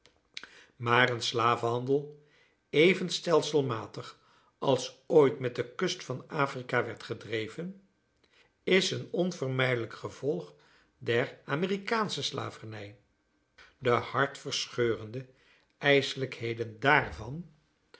maar een slavenhandel even stelselmatig als ooit met de kust van afrika werd gedreven is een onvermijdelijk gevolg der amerikaansche slavernij de hartverscheurende ijselijkheden daarvan